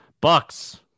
Bucks